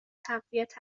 تقویت